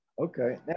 Okay